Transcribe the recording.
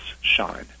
shine